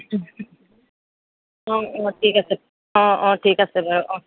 অঁ অঁ ঠিক আছে অঁ অঁ ঠিক আছে বাৰু অঁ